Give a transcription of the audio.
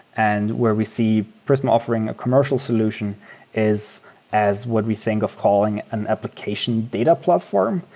and where we see prisma offering a commercial solution is as what we think of calling an application data platform.